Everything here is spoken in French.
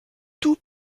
tout